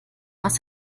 was